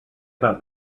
about